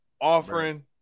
offering